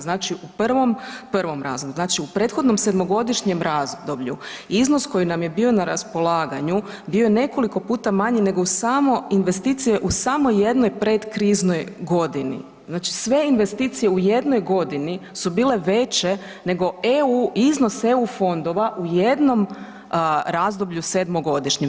Znači, u prvom, prvom razlogu znači u prethodnom sedmogodišnjem razdoblju iznos koji nam je bio na raspolaganju bio je nekoliko puta manji nego u samo, investicije u samo jednoj predkriznoj godini, znači sve investicije u jednoj godini su bile veće nego EU, iznos EU fondova u jednom razdoblju sedmogodišnjem.